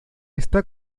está